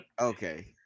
Okay